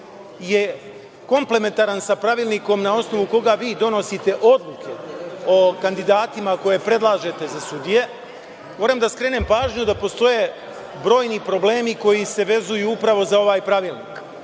je komplementaran sa pravilnikom na osnovu koga vi donosite odluke o kandidatima koje prelažete za sudije, moram da skrenem pažnju da postoje brojni problemi koji se vezuju upravo za ovaj pravilnik.